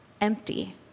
empty